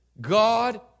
God